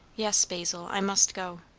yes, basil. i must go.